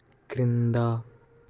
క్రింద